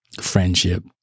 friendship